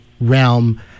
realm